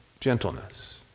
gentleness